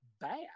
bad